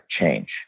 change